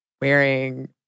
wearing